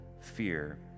fear